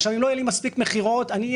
עכשיו אם לא היה לי מספיק מכירות יהיה